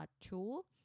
tool